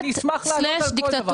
אני אשמח לענות על כל דבר.